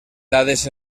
dades